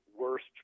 worst